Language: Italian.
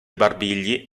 barbigli